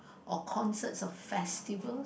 or concerts or festivals